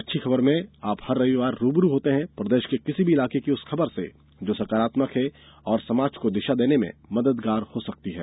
अच्छी खबर में आप हर रविवार रू ब रू होते हैं प्रदेश के किसी भी इलाके की उस खबर से जो सकारात्मक है और समाज को दिशा देने में मददगार हो सकती है